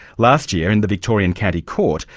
last year in the victorian county court,